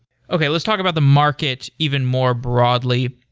okay. let's talk about the market even more broadly.